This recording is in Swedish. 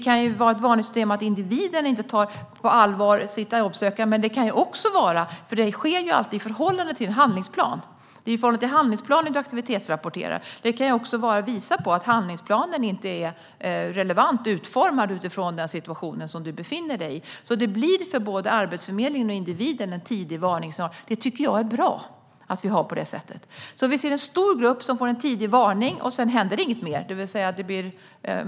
Varningssystemet kan visa att individen inte tar sitt jobbsökande på allvar, men det kan också visa att handlingsplanen inte är relevant utformad utifrån den situation personen i fråga befinner sig i. Jobbsökandet sker alltid i förhållande till en handlingsplan, och det är i förhållande till den som man aktivitetsrapporterar. Det blir alltså en tidig varningssignal till både Arbetsförmedlingen och individen, vilket jag tycker är bra. Vi ser alltså en stor grupp som får en tidig varning, och sedan händer ingenting mer.